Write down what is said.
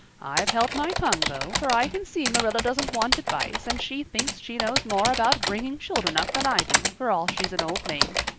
i've held my tongue though, for i can see marilla doesn't want advice and she thinks she knows more about bringing children up than i do for all she's an old maid.